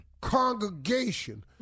congregation